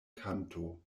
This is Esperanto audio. kanto